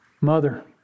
mother